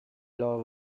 law